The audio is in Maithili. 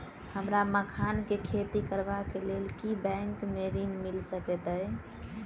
हमरा मखान केँ खेती करबाक केँ लेल की बैंक मै ऋण मिल सकैत अई?